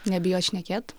nebijot šnekėt